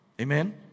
Amen